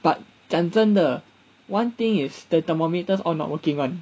but 讲真正的 one thing is the thermometers all not working [one]